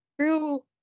true